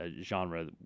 genre